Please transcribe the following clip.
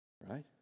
Right